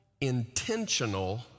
intentional